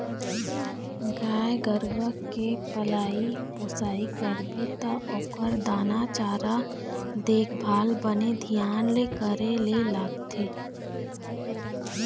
गाय गरूवा के पलई पोसई करबे त ओखर दाना चारा, देखभाल बने धियान ले करे ल लागथे